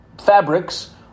fabrics